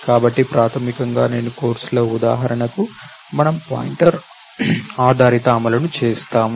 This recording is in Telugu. కాబట్టి ప్రాథమికంగా నేను కోర్సులో ఉదాహరణకు మనము పాయింటర్ ఆధారిత అమలు చేసాము